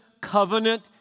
covenant